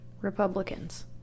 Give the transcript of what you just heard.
Republicans